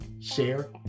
share